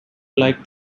like